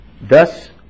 thus